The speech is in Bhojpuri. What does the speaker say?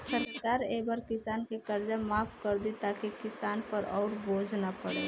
सरकार ए बार किसान के कर्जा माफ कर दि ताकि किसान पर अउर बोझ ना पड़े